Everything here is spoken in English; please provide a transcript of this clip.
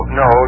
no